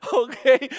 okay